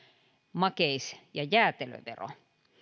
makeis ja jäätelövero